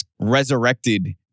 resurrected